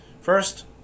First